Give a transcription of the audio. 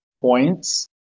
points